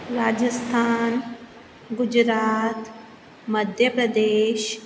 Rajasthan Gujarat Madhya Pradesh